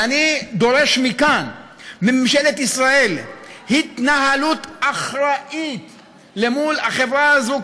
ואני דורש מכאן מממשלת ישראל התנהלות אחראית מול החברה הזאת,